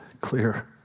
Clear